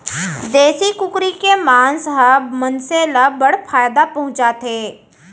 देसी कुकरी के मांस ह मनसे ल बड़ फायदा पहुंचाथे